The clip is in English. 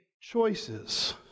choices